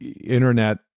Internet